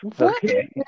Okay